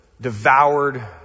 devoured